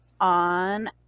On